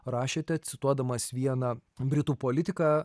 rašėte cituodamas vieną britų politiką